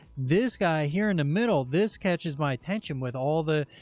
this guy here in the middle, this catches my attention with all the,